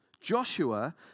Joshua